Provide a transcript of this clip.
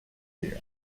year